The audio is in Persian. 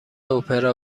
اپرا